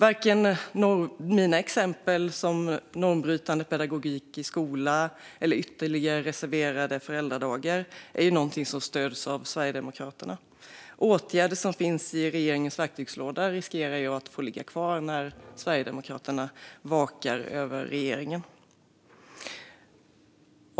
Inget av mina exempel normbrytande pedagogik i skola eller ytterligare reserverade föräldradagar stöds av Sverigedemokraterna. Åtgärder som finns i regeringens verktygslåda riskerar att få ligga kvar när Sverigedemokraterna vakar över regeringen.